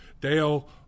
Dale